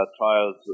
trials